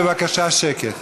בבקשה, שקט.